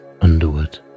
underwood